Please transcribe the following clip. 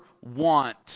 want